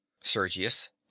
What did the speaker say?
sergius